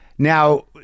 Now